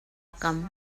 kam